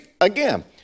again